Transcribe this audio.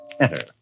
enter